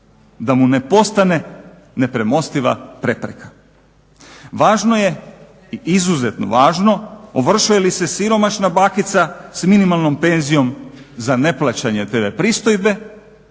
da mu ne postane nepremostiva prepreka. Važno je i izuzetno važno ovršuje li se siromašna bakica s minimalnom penzijom za neplaćanje tv pristojbe